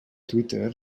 twitter